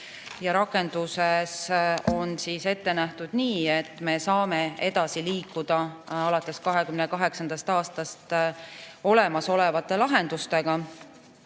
Rakendused on ette nähtud nii, et me saame edasi liikuda alates 2028. aastast olemasolevate lahendustega.